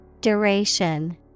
Duration